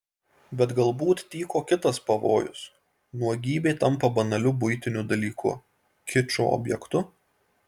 bet galbūt tyko kitas pavojus nuogybė tampa banaliu buitiniu dalyku kičo objektu